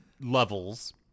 levels